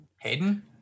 hayden